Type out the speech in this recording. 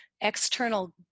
external